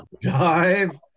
Dive